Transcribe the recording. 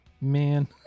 Man